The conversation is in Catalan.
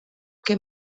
que